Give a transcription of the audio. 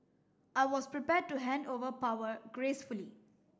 I was prepared to hand over power gracefully